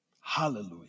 hallelujah